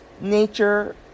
nature